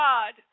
God